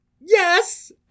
Yes